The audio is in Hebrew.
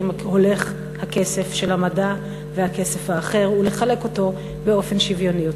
הולך הכסף של המדע והכסף האחר ולחלק אותו באופן שוויוני יותר.